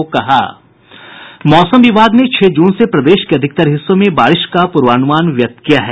मौसम विभाग ने छह जून से प्रदेश के अधिकतर हिस्सों में बारिश का पूर्वानुमान व्यक्त किया है